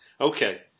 okay